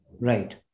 Right